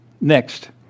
Next